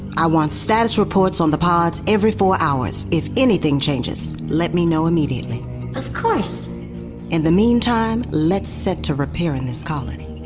i want status reports on the pods every four hours. if anything changes, let me know immediately of course in the meantime, let's set to repairing this colony